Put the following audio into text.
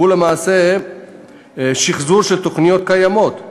מיליארד הוא למעשה שחזור של תוכניות קיימות,